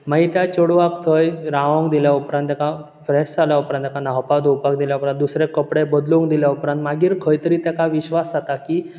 मागीर त्या चेडवाक थंय रावोंक दिल्या उपरांत तेका फ्रेश जाल्या उपरांत तेका न्हावपा धुवपाक दिल्या उपरांत दुसरे कपडे बदलूंक दिल्या उपरांत मागीर खंय तरी तेका विश्वास जाता की